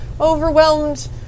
overwhelmed